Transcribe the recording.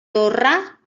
torre